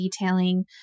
detailing